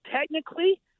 technically